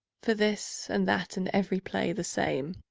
for this, and that, and every play the same,